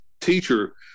teacher